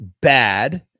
bad